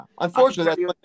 Unfortunately